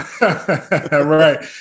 Right